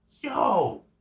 yo